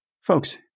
Folks